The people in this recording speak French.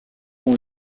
ont